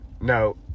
no